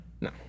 No